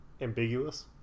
ambiguous